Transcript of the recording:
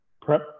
prep